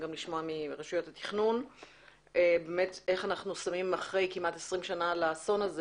אנחנו צריכים לשמוע מרשויות התכנון איך אחרי כמעט 20 שנה לאסון הזה,